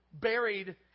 buried